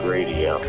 Radio